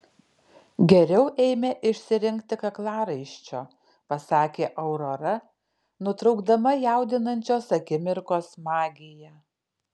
geriau eime išsirinkti kaklaraiščio pasakė aurora nutraukdama jaudinančios akimirkos magiją